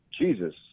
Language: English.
Jesus